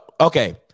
okay